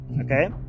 okay